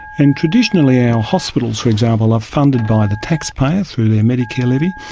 and traditionally our hospitals for example, are funded by the taxpayers through their medicare levy,